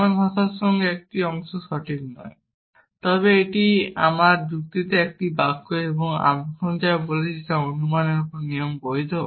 এমন ভাষার একটি অংশ নয় তবে এটি আমার যুক্তিতে একটি বাক্য এবং আমরা এখন যা বলছি অনুমানের যে নিয়ম বৈধ